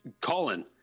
Colin